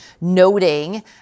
noting